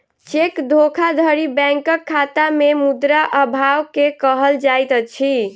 cheque धोखाधड़ी बैंकक खाता में मुद्रा अभाव के कहल जाइत अछि